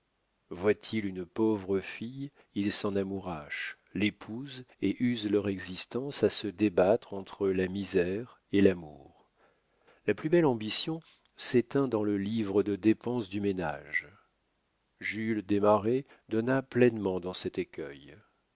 voient-ils une pauvre fille ils s'en amourachent l'épousent et usent leur existence à se débattre entre la misère et l'amour la plus belle ambition s'éteint dans le livre de dépense du ménage jules desmarets donna pleinement dans cet écueil